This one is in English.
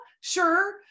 Sure